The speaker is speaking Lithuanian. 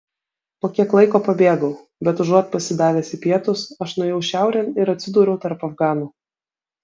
po kiek laiko pabėgau bet užuot pasidavęs į pietus aš nuėjau šiaurėn ir atsidūriau tarp afganų